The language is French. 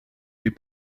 est